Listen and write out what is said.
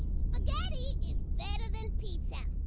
spaghetti is better than pizza.